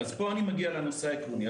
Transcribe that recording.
פה אני מגיע לנושא העקרוני.